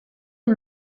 une